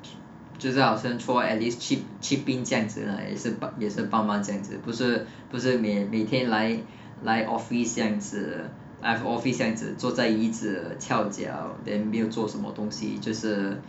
就是好像说 at least chip chip in 这样子 lah at least 帮 at least 帮忙这样子不是不是每每天来来 office 这样子来了 office 这样子坐在椅子翘脚 then 没有做什么东西就是